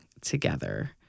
together